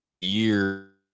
year